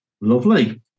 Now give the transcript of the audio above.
Lovely